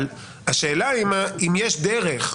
אבל השאלה היא אם יש דרך,